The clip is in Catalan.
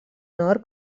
nord